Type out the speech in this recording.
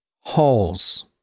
Holes